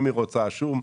אם היא רוצה שום,